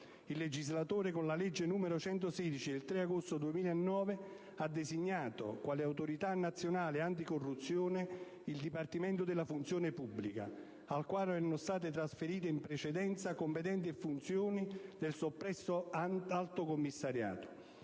Il legislatore, con la legge n. 116 del 3 agosto 2009, ha designato quale Autorità nazionale anticorruzione il Dipartimento della funzione pubblica, al quale erano state trasferite in precedenza competenze e funzioni del soppresso Alto commissario,